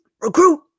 recruit